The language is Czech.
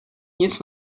nic